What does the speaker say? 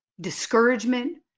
discouragement